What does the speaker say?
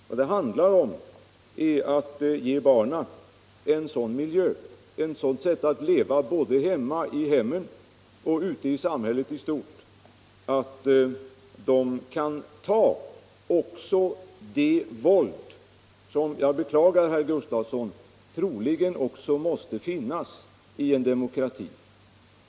Vad det handlar om är att ge barnen en sådan miljö och ett sådant sätt att leva, både i hemmen och ute i samhället i stort, att de också kan ta det våld som — jag beklagar, herr Gustavsson — troligen måste finnas även i en demokrati.